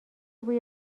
بوی